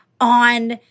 on